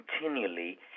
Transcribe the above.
continually